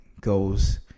goes